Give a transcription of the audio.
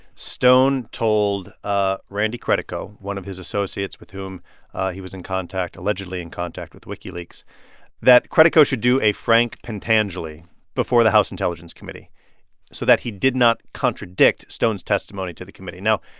stone told ah randy credico, one of his associates with whom he was in contact allegedly in contact with wikileaks that credico should do a frank pentangeli before the house intelligence committee so that he did not contradict stone's testimony to the committee. now,